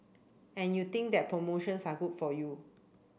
and you think that promotions are good for you